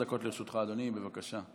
עשר דקות לרשותך, אדוני, בבקשה.